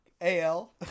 AL